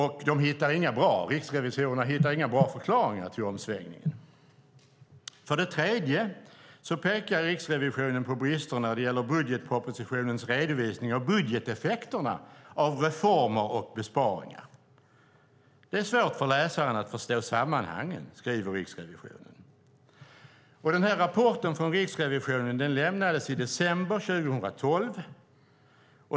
Riksrevisorerna hittar inga bra förklaringar till omsvängningen. För det tredje pekar Riksrevisionen på brister när det budgetpropositionens redovisning av budgeteffekterna av reformer och besparingar. Det är svårt för läsaren att förstå sammanhangen, skriver Riksrevisionen. Den här rapporten från Riksrevisionen lämnades i december 2012.